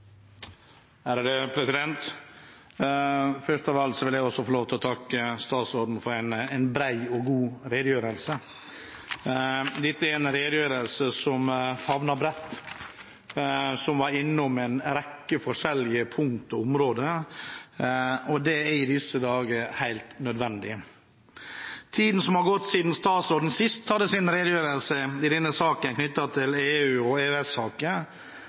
og handel. Først av alt vil også jeg få lov til å takke statsråden for en bred og god redegjørelse. Dette er en redegjørelse som favner bredt, som var innom en rekke forskjellige punkter og områder, og det er i disse dager helt nødvendig. Tiden som har gått siden statsråden sist hadde sin redegjørelse om EU- og